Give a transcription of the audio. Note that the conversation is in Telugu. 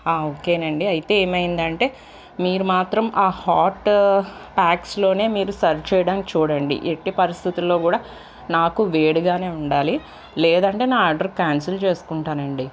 ఓకేనండి అయితే ఏమైందంటే మీరు మాత్రం హాటు ప్యాక్స్లోనే మీరు సర్వ్ చేయడానికి చూడండి ఎట్టి పరిస్థితుల్లో కూడా నాకు వేడిగానే ఉండాలి లేదంటే నా ఆర్డర్ క్యాన్సిల్ చేసుకుంటానండి